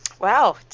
Wow